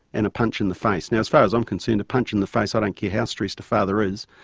and a punch in the face. now as far as i'm concerned, a punch in the face, i don't care how stressed the father is,